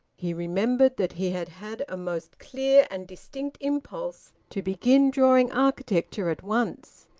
he remembered that he had had a most clear and distinct impulse to begin drawing architecture at once,